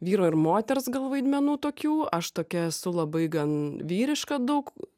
vyro ir moters gal vaidmenų tokių aš tokia esu labai gan vyriška daug